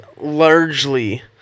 largely